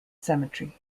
cemetery